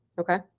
okay